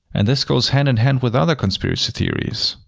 and this goes hand-in-hand with other conspiracy theories.